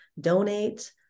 donate